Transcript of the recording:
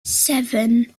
seven